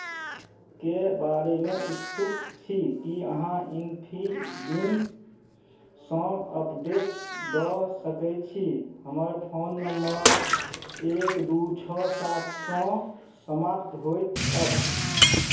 के बारेमे उत्सुक छी की अहाँ इनफिबिमसँ अपडेट दऽ सकै छी हमर फोन नम्बर एक दू छओ सातसँ समाप्त होइत अछि